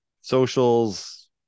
socials